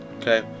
Okay